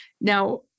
now